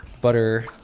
butter